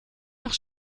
nach